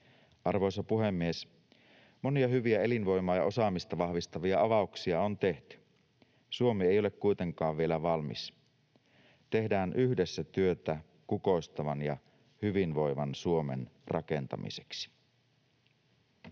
Arvoisa puhemies! Monia hyviä elinvoimaa ja osaamista vahvistavia avauksia on tehty. Suomi ei ole kuitenkaan vielä valmis. Tehdään yhdessä työtä kukoistavan ja hyvinvoivan Suomen rakentamiseksi.